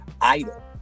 idol